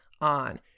on